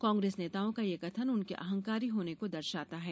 कांग्रेस नेताओं का यह कथन उनके अंहकारी होने को दर्शाता है